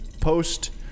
post